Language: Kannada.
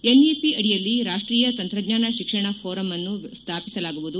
ಎನ್ಇಪಿ ಅಡಿಯಲ್ಲಿ ರಾಷ್ಟೀಯ ಶಂತ್ರಜ್ಣಾನ ಶಿಕ್ಷಣ ಫೋರಂ ಅನ್ನು ಸ್ಟಾಪಿಸಲಾಗುವುದು